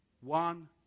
one